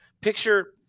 picture